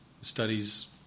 studies